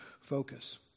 focus